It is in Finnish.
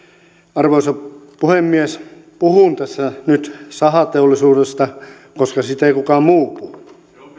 arvoisa puhemies puhun tässä nyt sahateollisuudesta koska siitä ei kukaan muu puhu